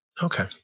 Okay